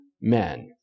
men